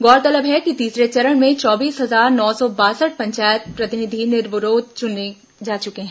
गौरतलब है कि तीसरे चरण में चौबीस हजार नौ सौ बासठ पंचायत प्रतिनिधि निर्विरोध चुने जा चुके हैं